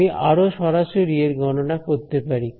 আমি আরো সরাসরি এর গণনা করতে পারি